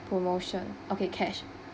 promotion okay cash